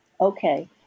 Okay